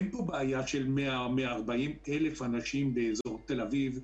אין פה בעיה כלכלית של 100,000 או 140,000 אנשים באזור תל אביב.